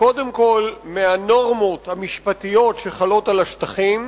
קודם כול מהנורמות המשפטיות שחלות על השטחים,